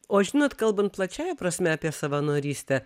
o žinot kalbant plačiąja prasme apie savanorystę